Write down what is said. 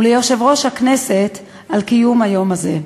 וליושב-ראש הכנסת, על קיום היום הזה.